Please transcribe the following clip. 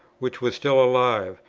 which was still alive,